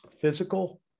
physical